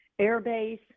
airbase